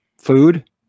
food